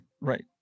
right